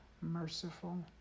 merciful